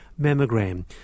mammogram